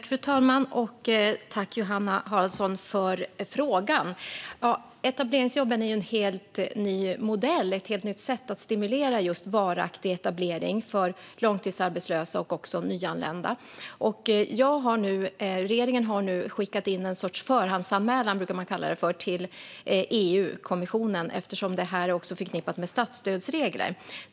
Fru talman! Tack för frågan, Johanna Haraldsson! Etableringsjobben är en helt ny modell och ett helt nytt sätt att stimulera just varaktig etablering för långtidsarbetslösa och nyanlända. Regeringen har nu skickat in vad man brukar kalla en sorts förhandsanmälan till EU-kommissionen, eftersom detta även är förknippat med statsstödsregler.